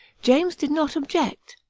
james did not object.